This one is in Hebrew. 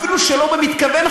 אפילו שלא במתכוון,